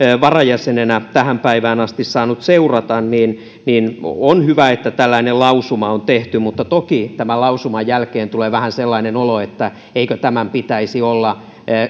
varajäsenenä tähän päivään asti saanut seurata niin niin on hyvä että tällainen lausuma on tehty mutta toki tämän lausuman jälkeen tulee vähän sellainen olo että eikö tämän pitäisi olla